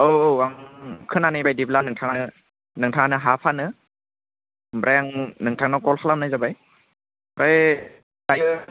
औ औ आं खोनानाय बायदिब्ला नोंथाङा नोंथाङानो हा फानो ओमफ्राय आं नोंथांनाव कल खालामनाय जाबाय ओमफ्राय दायो